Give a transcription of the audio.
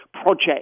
Project